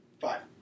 Five